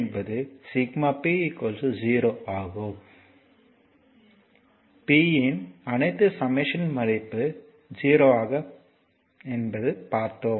P இன் அனைத்து சம்மேஷன் மடிப்பு என்பது 0 ஆக பார்ப்போம்